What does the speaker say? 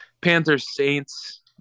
Panthers-Saints